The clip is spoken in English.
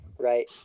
Right